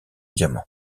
diamant